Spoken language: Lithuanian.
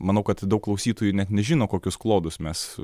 manau kad daug klausytojų net nežino kokius klodus mes